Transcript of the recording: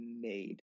made